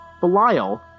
Belial